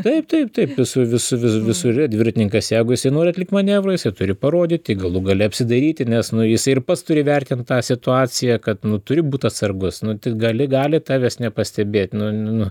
taip taip taip visu vis visur yra dviratininkas jeigu jisai nori atlikt manevrą jisai turi parodyti galų gale apsidairyti nes nu jisai ir pats turi vertint tą situaciją kad nu turi būt atsargus nu tai gali gali tavęs nepastebėt nu nu